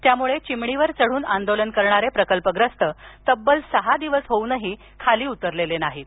त्यामुळे चिमणीवर चढून आंदोलन करणारे प्रकल्पग्रस्त तब्बल सहा दिवस होऊनही खाली उतरलेले नाहीत